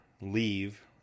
leave